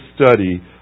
study